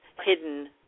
hidden